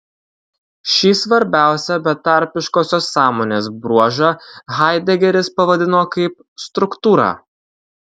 šį svarbiausią betarpiškosios sąmonės bruožą haidegeris pavadino kaip struktūra